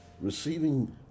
Receiving